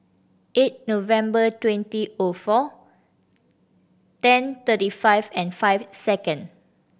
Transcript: eight November twenty O four ten thirty five and five second